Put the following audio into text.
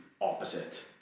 opposite